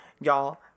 Y'all